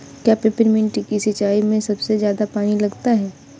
क्या पेपरमिंट की सिंचाई में सबसे ज्यादा पानी लगता है?